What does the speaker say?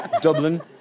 Dublin